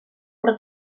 però